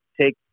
take